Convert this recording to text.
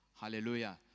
Hallelujah